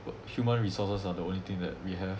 human resources are the only thing that we have